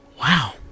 Wow